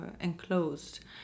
enclosed